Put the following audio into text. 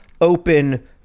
open